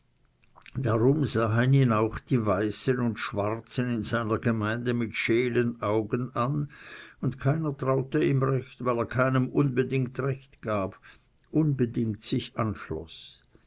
darum sahen ihn auch die weißen und schwarzen in seiner gemeinde mit scheelen augen an und keiner traute ihm recht weil er keinem unbedingt recht gab unbedingt sich anschloß